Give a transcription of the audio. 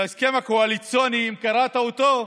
בהסכם הקואליציוני, אם קראת אותו,